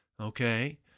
okay